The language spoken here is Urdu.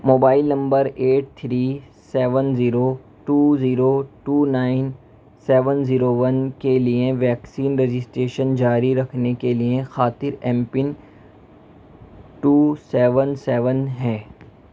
mobile number eight three seven zero two zero two nine seven zero one کے لیے ویکسین رجسٹریشن جاری رکھنے کی خاطر M PIN two seven seven ہے